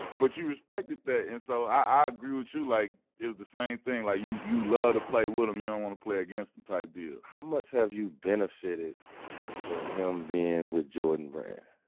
but you respected that. and so i agree with you. like it was the same thing. like you you love to play with him. you don't want to play against him type deals. how much have you benefited for him being with jordan brand?